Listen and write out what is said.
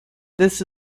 this